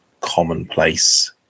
commonplace